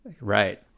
Right